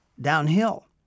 downhill